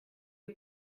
you